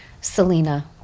Selena